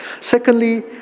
Secondly